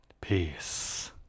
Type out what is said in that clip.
peace